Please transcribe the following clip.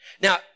Now